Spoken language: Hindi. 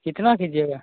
कितना कीजिएगा